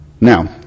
now